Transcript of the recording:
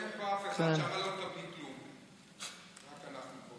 אין פה אף אחד, שם לא יביא כלום, רק אנחנו פה.